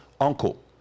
uncle